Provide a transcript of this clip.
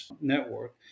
network